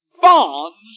Bonds